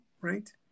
right